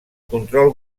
control